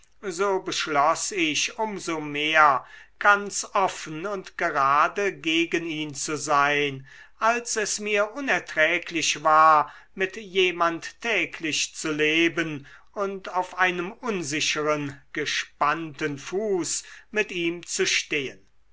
so beschloß ich um so mehr ganz offen und gerade gegen ihn zu sein als es mir unerträglich war mit jemand täglich zu leben und auf einem unsicheren gespannten fuß mit ihm zu stehen